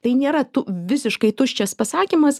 tai nėra tu visiškai tuščias pasakymas